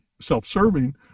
self-serving